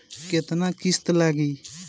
केतना किस्त लागी?